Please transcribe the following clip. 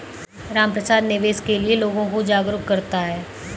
रामप्रसाद निवेश के लिए लोगों को जागरूक करता है